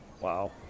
Wow